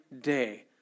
day